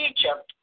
Egypt